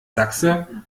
sachse